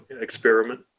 experiment